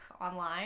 online